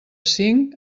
cinc